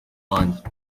wanjye